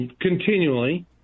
continually